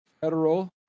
Federal